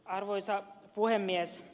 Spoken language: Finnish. arvoisa puhemies